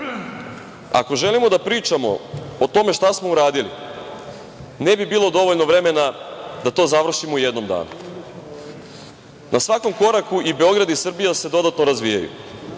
Ako želimo da pričamo o tome šta smo uradili, ne bi bilo dovoljno vremena da to završimo u jednom danu. Na svakom koraku i Beograd i Srbija se dodatno razvijaju,